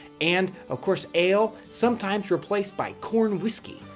and of course ale sometimes replaced by corn whiskey.